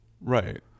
Right